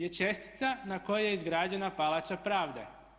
Je čestica na kojoj je izgrađena Palača pravde.